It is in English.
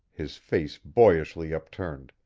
his face boyishly upturned.